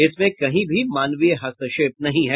इसमें कहीं भी मानवीय हस्ताक्षेप नहीं है